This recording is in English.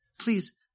Please